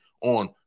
on